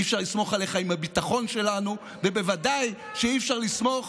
אי-אפשר לסמוך עליך עם הביטחון שלנו ובוודאי שאי-אפשר לסמוך,